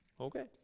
Okay